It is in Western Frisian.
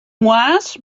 moarns